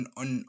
on